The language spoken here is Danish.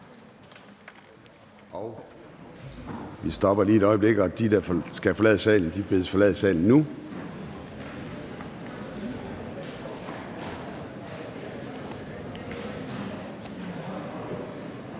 Vi stopper lige et øjeblik, og de, der skal forlade salen, bedes forlade salen nu.